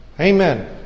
Amen